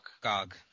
Gog